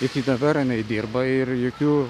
iki dabar jinai dirba ir jokių